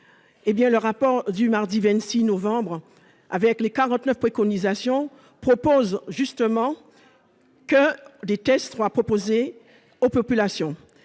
le rapport du mardi 26 novembre avec les 49 préconisations propose justement que des tests 3 aux populations